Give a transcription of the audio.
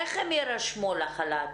איך הם יירשמו לחל"ת?